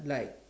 like